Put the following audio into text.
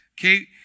Okay